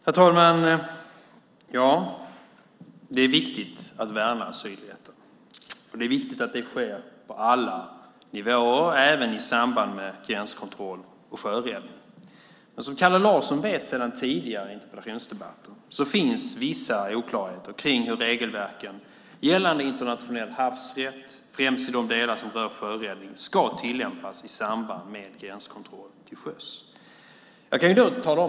Herr talman! Det är viktigt att värna asylrätten. Det är viktigt att det sker på alla nivåer, även i samband med gränskontroll och sjöräddning. Som Kalle Larsson vet sedan tidigare interpellationsdebatter finns det vissa oklarheter när det gäller hur regelverken för internationell havsrätt, främst i de delar som rör sjöräddningen, ska tillämpas i samband med gränskontroll till sjöss.